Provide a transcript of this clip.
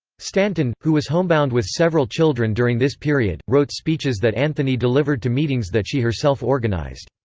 stanton, who was homebound with several children during this period, wrote speeches that anthony delivered to meetings that she herself organized.